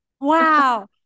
wow